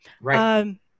Right